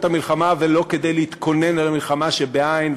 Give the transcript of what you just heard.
המלחמה ולא כדי להתכונן אל המלחמה שבעין.